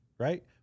Right